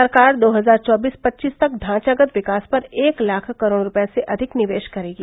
सरकार दो हजार चौबीस पच्चीस तक ढांचागत विकास पर एक लाख करोड रूपये से अधिक निवेश करेगी